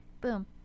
boom